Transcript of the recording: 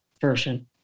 version